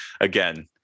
again